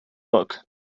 book